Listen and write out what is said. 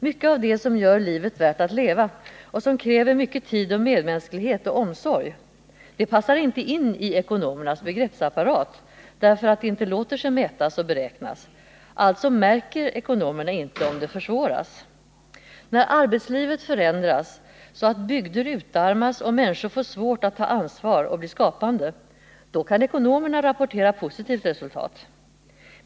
Mycket av det som gör livet värt att leva och som kräver mycket tid, medmänsklighet och omsorg passar inte in i ekonomernas begreppsapparat, därför att det inte låter sig mätas och beräknas. Alltså märker ekonomerna inte om det blir svårare på den När arbetslivet förändras så att bygder utarmas och det blir svårt för människor att ta ansvar och att bli skapande kan ekonomerna rapportera positiva resultat.